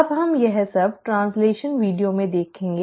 अब हम यह सब ट्रांसलेशन वीडियो में देखेंगे